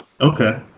okay